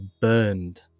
burned